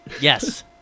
yes